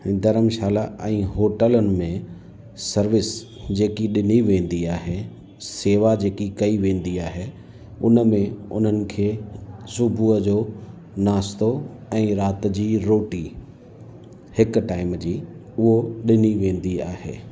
धर्मशाला ऐं होटलुनि में सर्विस जेकी ॾिनी वेंदी आहे सेवा जेकी कई वेंदी आहे उनमें उन्हनि खे सुबुह जो नाश्तो ऐं राति जी रोटी हिकु टाइम जी उहो ॾिनी वेंदी आहे